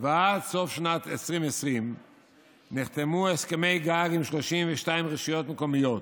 ועד סוף שנת 2020 נחתמו הסכמי גג עם 32 רשויות מקומיות.